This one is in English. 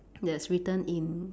that's written in